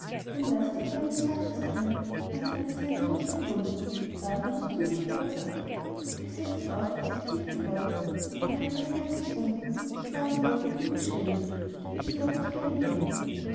denn daß durch meines vaters grimm mein gatte seinen tod gefunden davon hast du mich überzeugt gesetzt auch daß ich tiefgebeugt mit unheilbaren herzenswunden wehklagen wollt um ihn beständig er würde doch nicht mehr lebendig